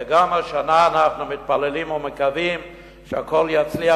וגם השנה אנחנו מתפללים ומקווים שהכול יצליח,